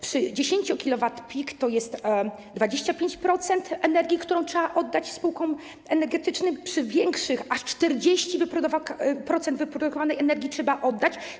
Przy 10 kW peak to jest 25% energii, którą trzeba oddać spółkom energetycznym, przy większych aż 40% wyprodukowanej energii trzeba oddać.